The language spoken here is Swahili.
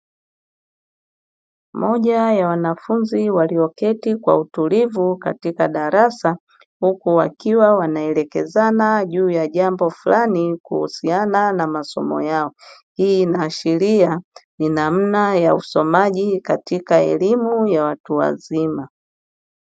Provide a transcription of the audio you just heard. Moja ya wanafunzi walioketi kwa utulivu katika darasa huku wakiwa wanaelekezana juu ya jambo fulani kuhusiana na masomo yao hii inaashiria ni namna ya usomaji katika elimu ya watu wazima